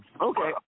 okay